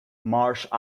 marsh